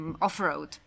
off-road